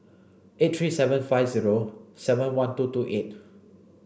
eight three seven five zero seven one two two eight